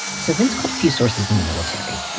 so vince called a few sources in the military.